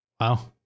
Wow